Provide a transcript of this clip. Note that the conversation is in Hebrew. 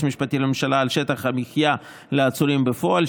המשפטי לממשלה על שטח המחיה לעצורים בפועל,